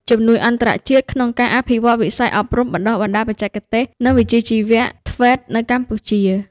ជំនួយអន្តរជាតិក្នុងការអភិវឌ្ឍវិស័យអប់រំបណ្តុះបណ្តាលបច្ចេកទេស និងវិជ្ជាជីវៈ (TVET) នៅកម្ពុជា។